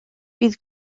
bydd